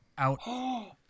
out